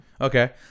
Okay